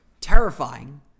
terrifying